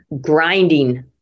Grinding